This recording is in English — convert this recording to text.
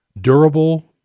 Durable